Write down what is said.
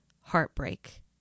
heartbreak